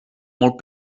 molt